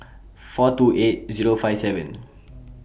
four two eight Zero five seven